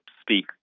speak